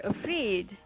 afraid